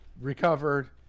recovered